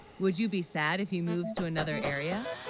would you be sad if he moves to another area